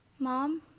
mom,